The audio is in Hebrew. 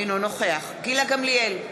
אינו נוכח גילה גמליאל,